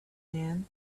man